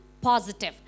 positive